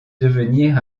devenir